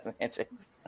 handshakes